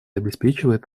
обеспечивает